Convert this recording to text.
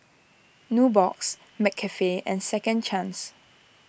Nubox McCafe and Second Chance